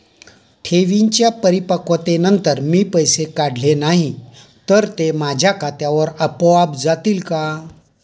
ठेवींच्या परिपक्वतेनंतर मी पैसे काढले नाही तर ते माझ्या खात्यावर आपोआप जातील का?